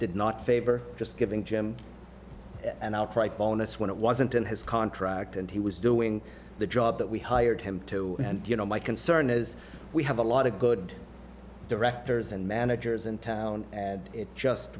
did not favor just giving jim an outright bonus when it wasn't in his contract and he was doing the job that we hired him to and you know my concern is we have a lot of good directors and managers in town and it just